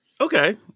Okay